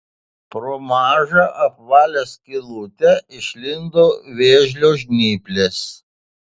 pro mažą apvalią skylutę išlindo vėžio žnyplės